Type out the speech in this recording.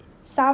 summer